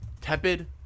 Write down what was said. tepid